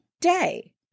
day